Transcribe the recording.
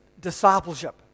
discipleship